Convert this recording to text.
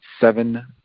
seven